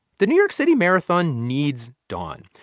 the new york city marathon needs dawn.